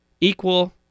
equal